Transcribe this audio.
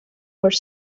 were